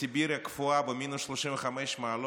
בסיביר הקפואה, במינוס 35 מעלות,